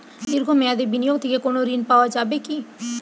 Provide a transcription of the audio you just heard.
দীর্ঘ মেয়াদি বিনিয়োগ থেকে কোনো ঋন পাওয়া যাবে কী?